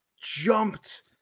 jumped